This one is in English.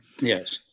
Yes